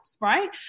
Right